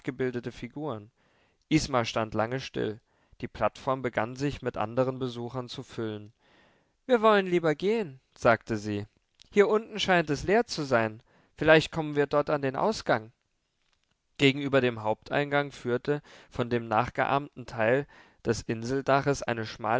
nachgebildete figuren isma stand lange still die plattform begann sich mit andern besuchern zu füllen wir wollen lieber gehen sagte sie hier unten scheint es leer zu sein vielleicht kommen wir dort an den ausgang gegenüber dem haupteingang führte von dem nachgeahmten teil des inseldaches eine